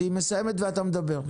היא מסיימת ואתה מדבר.